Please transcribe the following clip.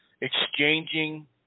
exchanging